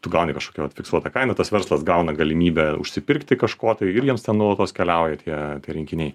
tu gauni kažkokią vat fiksuotą kainą tas verslas gauna galimybę užsipirkti kažko tai ir jiems ten nuolatos keliauja tie rinkiniai